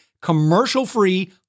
commercial-free